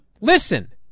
Listen